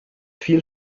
viel